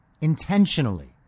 intentionally